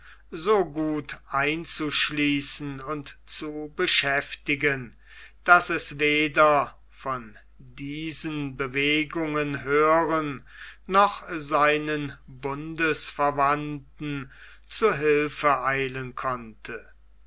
so gut einzuschließen und zu beschäftigen daß es weder von diesen bewegungen hören noch seinen bundsverwandten zu hilfe eilen konnte